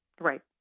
Right